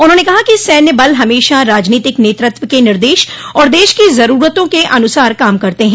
उन्होंने कहा कि सैन्य बल हमेशा राजनीतिक नेतृत्व के निर्देश और देश की जरूरतों के अनुसार काम करते हैं